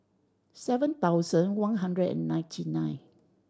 seven thousand one hundred and ninety nine